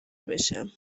بشم